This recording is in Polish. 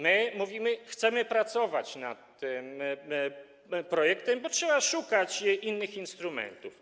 My mówimy, że chcemy pracować nad tym projektem, bo trzeba szukać innych instrumentów.